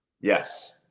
Yes